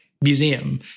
museum